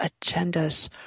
agendas